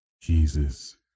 jesus